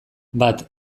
bat